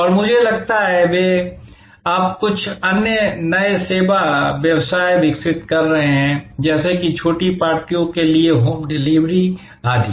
और मुझे लगता है वे अब कुछ अन्य नए सेवा व्यवसाय विकसित कर रहे हैं जैसे कि छोटी पार्टियों के लिए होम डिलीवरी आदि